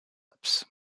ups